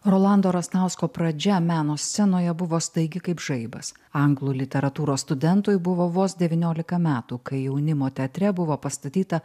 rolando rastausko pradžia meno scenoje buvo staigi kaip žaibas anglų literatūros studentui buvo vos devyniolika metų kai jaunimo teatre buvo pastatyta